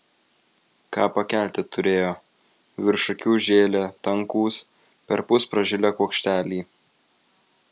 ką pakelti turėjo virš akių žėlė tankūs perpus pražilę kuokšteliai